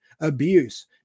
abuse